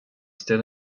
still